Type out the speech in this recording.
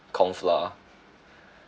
corn flour